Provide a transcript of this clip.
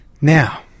Now